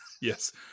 Yes